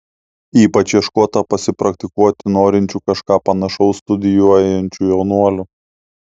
ypač ieškota pasipraktikuoti norinčių kažką panašaus studijuojančių jaunuolių